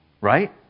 right